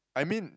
I mean